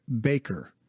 Baker